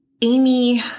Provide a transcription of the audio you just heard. Amy